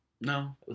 No